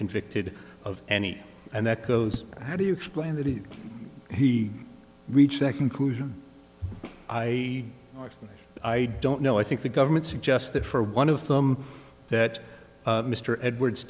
convicted of any and that goes how do you explain that he he reached that conclusion i i don't know i think the government suggested for one of them that mr edwards